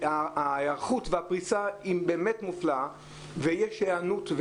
ההיערכות והפריסה היא באמת מופלאה ויש היענות.